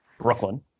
Brooklyn